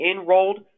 enrolled